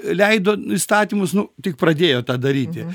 leido įstatymus nu tik pradėjo tą daryti